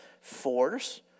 force